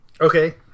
Okay